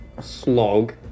slog